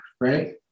right